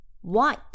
white